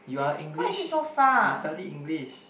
you are English you study English